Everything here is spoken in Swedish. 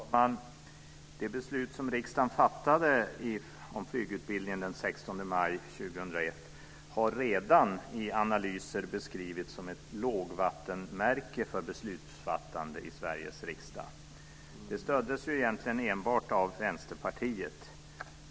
Fru talman! Det beslut om flygutbildningen som riksdagen fattade den 16 maj 2001 har redan i analyser beskrivits som ett lågvattenmärke för beslutsfattande i Sveriges riksdag. Det stöddes egentligen enbart av Vänsterpartiet.